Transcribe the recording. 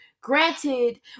granted